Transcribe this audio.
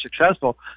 successful